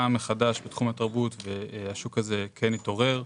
מחדש בתחום התרבות והשוק הזה כן התעורר,